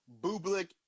Bublik